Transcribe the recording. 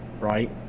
right